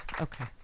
Okay